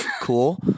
Cool